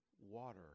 water